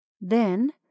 Then